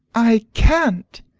i can't!